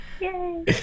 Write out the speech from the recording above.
Yay